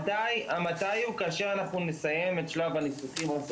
המתי הוא כאשר אנחנו נסיים את שלב הניסוחים.